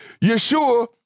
Yeshua